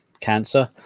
cancer